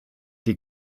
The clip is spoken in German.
die